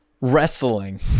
Wrestling